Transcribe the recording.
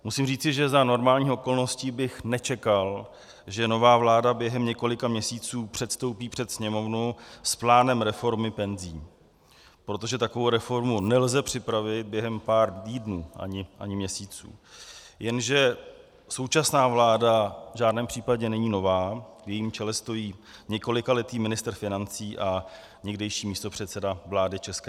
Musím říci, že za normálních okolností bych nečekal, že nová vláda během několika měsíců předstoupí před Sněmovnu s plánem reformy penzí, protože takovou reformu nelze připravit během pár týdnů a ani měsíců, jenže současná vláda v žádném případě není nová, v jejím čele stojí několikaletý ministr financí a někdejší místopředseda vlády ČR.